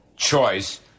choice